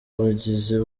bugizi